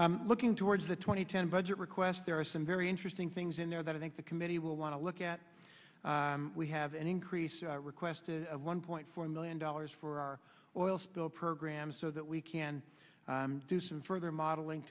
looking towards the twenty ten budget request there are some very interesting things in there that i think the committee will want to look at we have an increase requested of one point four million dollars for our oil spill program so that we can do some further modeling